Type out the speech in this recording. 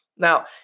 Now